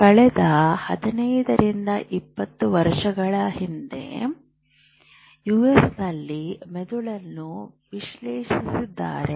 ಕಳೆದ 15 20 ವರ್ಷಗಳ ಹಿಂದೆ ಯುಎಸ್ನಲ್ಲಿ ಮೆದುಳನ್ನು ವಿಶ್ಲೇಷಿಸಲಾಗಿದೆ